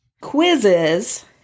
Quizzes